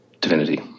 divinity